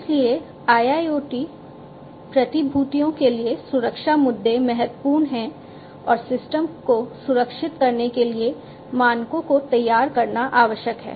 इसलिए IIoT प्रतिभूतियों के लिए सुरक्षा मुद्दे महत्वपूर्ण हैं और सिस्टम को सुरक्षित करने के लिए मानकों को तैयार करना आवश्यक है